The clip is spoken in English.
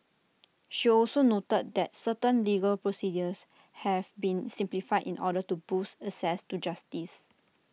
she also noted that certain legal procedures have been simplified in order to boost access to justice